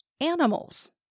animals